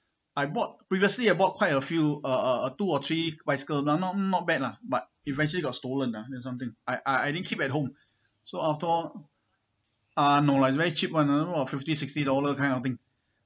I bought previously I bought quite a few uh uh two or three bicycle lah not not bad lah but eventually got stolen lah or something I I didn't keep at home so outdoor ah no lah it's very cheap one you know fifty sixty dollar kind of thing